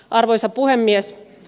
arvoisa puhemies